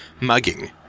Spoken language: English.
mugging